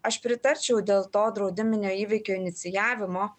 aš pritarčiau dėl to draudiminio įvykio inicijavimo